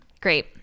Great